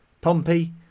Pompey